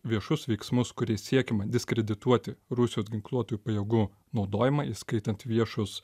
viešus veiksmus kuriais siekiama diskredituoti rusijos ginkluotųjų pajėgų naudojimą įskaitant viešus